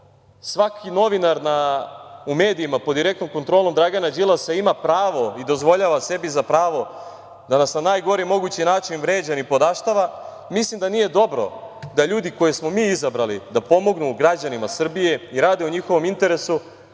svaki novinar u medijima pod direktnom kontrolom Dragana Đilasa ima pravo i dozvoljava sebi za pravo da nas na najgori mogući način vređa, nipodaštava, mislim da nije dobro da ljudi koje smo mi izabrali da pomognu građanima Srbije i rade u njihovom interesu